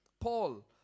Paul